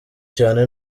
cyane